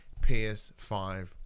ps5